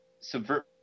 subvert